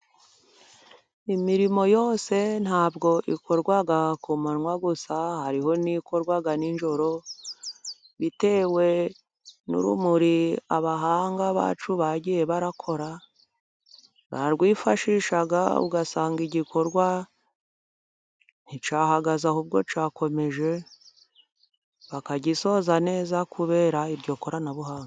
Imirimo yose ntabwo ikorwa ku manwa gusa, hariho n'ikorwa nijoro, bitewe n'urumuri abahanga bacu bagiye bakora barwifashisha, ugasanga igikorwa nticyahagaze, ahubwo cyakomeje, bakagisoza neza kubera iryo koranabuhanga.